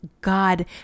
God